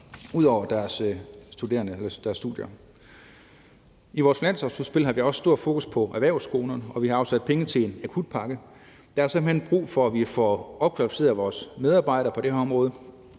ud over deres studier. I vores finanslovsudspil har vi også stort fokus på erhvervsskolerne, og vi har afsat penge til en akutpakke. Der er simpelt hen brug for, at vi får opkvalificeret vores medarbejdere på det her område,